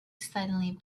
suddenly